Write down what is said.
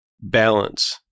balance